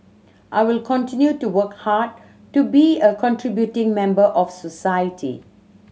I will continue to work hard to be a contributing member of society